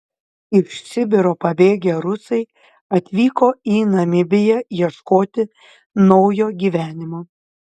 iš sibiro pabėgę rusai atvyko į namibiją ieškoti naujo gyvenimo